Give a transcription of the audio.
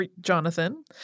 Jonathan